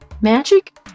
magic